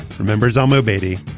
remembers olmo baity.